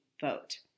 vote